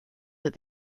that